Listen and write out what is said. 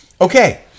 Okay